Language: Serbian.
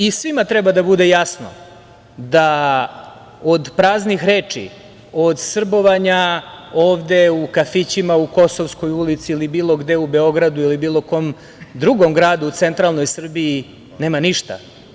I svima treba da bude jasno da od praznih reči, od srbovanja ovde u kafićima u Kosovskoj ulici ili bilo gde u Beogradu, u bilo kom drugom gradu u centralnoj Srbiji nema ništa.